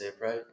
right